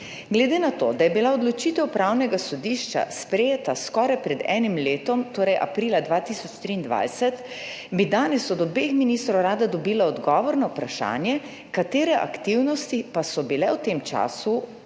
Glede na to, da je bila odločitev Upravnega sodišča sprejeta skoraj pred enim letom, torej aprila 2023, bi danes od obeh ministrov rada dobila odgovor na vprašanje: Katere aktivnosti so bile v tem času opravljene